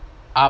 up